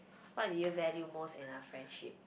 what do you value most in a friendship